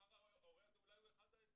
ומחר ההורה הזה הוא אולי אחד העדים.